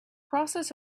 process